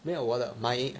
没有我的 my